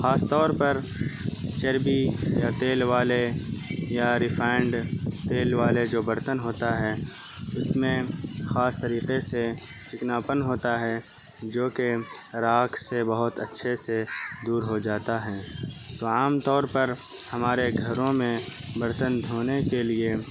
خاص طور پر چربی یا تیل والے یا ریفائنڈ تیل والے جو برتن ہوتا ہے اس میں خاص طریقے سے چکنا پن ہوتا ہے جو کہ راکھ سے بہت اچھے سے دور ہو جاتا ہے تو عام طور پر ہمارے گھروں میں برتن دھونے کے لیے